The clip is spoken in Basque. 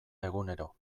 egunero